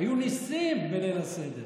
היו ניסים בליל הסדר.